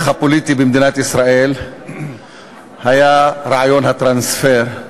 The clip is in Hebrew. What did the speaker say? הפוליטי במדינת ישראל היה רעיון הטרנספר.